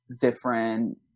different